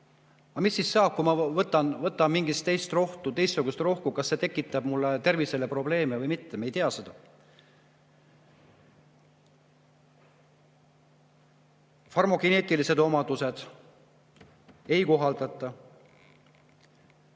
Mis siis saab, kui ma võtan mingit teist rohtu, teistsugust rohtu, kas see tekitab mulle terviseprobleeme või mitte? Me ei tea seda. Farmakogeneetilised omadused – ei kohaldata.